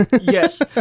Yes